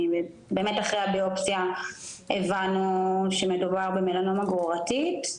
לאחר הביופסיה הבנו שמדובר במלנומה גרורתית,